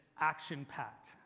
action-packed